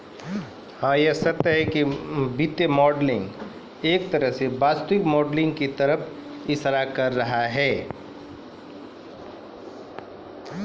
वित्तीय मॉडलिंग एक तरह स वास्तविक मॉडलिंग क तरफ इशारा करै छै